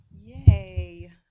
Yay